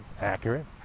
accurate